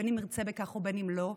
בין אם נרצה בכך ובין אם לא,